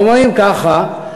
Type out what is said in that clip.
אומרים ככה,